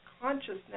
consciousness